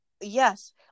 yes